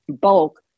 bulk